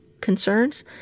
concerns